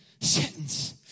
sentence